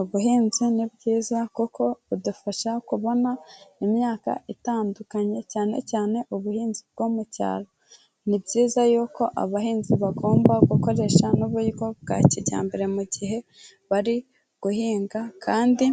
Ubuhinzi ni bwiza kuko budufasha kubona imyaka itandukanye, cyane cyane ubuhinzi bwo mu cyaro, ni byiza yuko abahinzi bagomba gukoresha n'uburyo bwa kijyambere mu gihe bari guhinga kandi